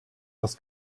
das